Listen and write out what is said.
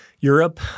Europe